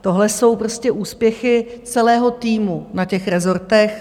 Tohle jsou úspěchy celého týmu na těch rezortech.